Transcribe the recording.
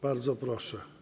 Bardzo proszę.